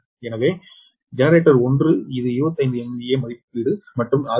எனவே ஜெனரேட்டர் 1 இது 25 MVA மதிப்பீடு மற்றும் 6